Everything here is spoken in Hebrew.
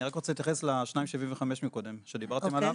אני רק רוצה להתייחס ל2.75 שדיברתם עליו.